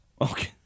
Okay